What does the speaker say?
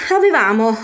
avevamo